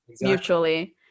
mutually